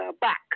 back